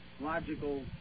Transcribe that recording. logical